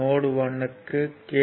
note 1 க்கு K